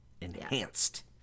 Enhanced